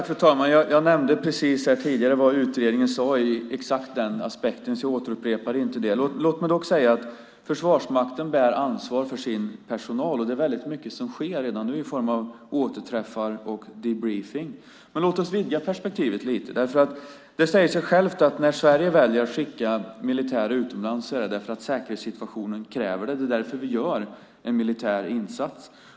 Fru talman! Jag nämnde tidigare vad som sades i utredningen när det gäller exakt den aspekten. Jag upprepar därför inte det. Låt mig dock säga att Försvarsmakten bär ansvaret för sin personal. Det är väldigt mycket som sker redan nu i form av återträffar och debriefing. Men låt oss vidga perspektivet lite grann. Det säger sig självt att när Sverige väljer att skicka militär utomlands är det därför att säkerhetssituationen kräver det. Det är därför som vi gör en militär insats.